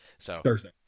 Thursday